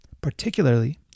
particularly